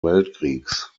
weltkriegs